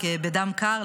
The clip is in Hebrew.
בדם קר,